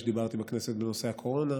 שדיברתי בכנסת בנושא הקורונה,